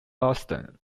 boston